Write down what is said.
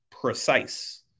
precise